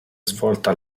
svolta